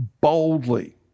boldly